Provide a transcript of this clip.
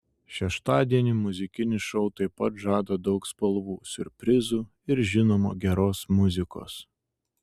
šeštadienį muzikinis šou taip pat žada daug spalvų siurprizų ir žinoma geros muzikos